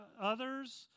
others